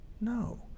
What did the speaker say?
no